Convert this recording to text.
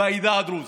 בעדה הדרוזית,